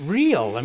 real